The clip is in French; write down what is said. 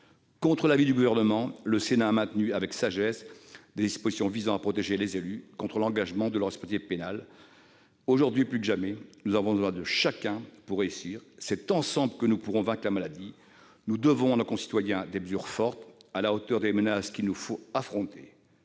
Contre l'avis du Gouvernement, le Sénat a maintenu avec sagesse des dispositions visant à protéger les élus contre le risque d'un engagement de leur responsabilité pénale. Aujourd'hui plus que jamais, nous avons besoin de chacun pour réussir. C'est ensemble que nous pourrons vaincre la maladie. Nous devons à nos concitoyens des mesures fortes, à la hauteur des menaces que nous devons affronter.